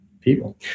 people